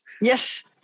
Yes